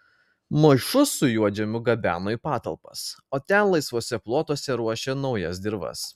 maišus su juodžemiu gabeno į patalpas o ten laisvuose plotuose ruošė naujas dirvas